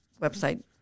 website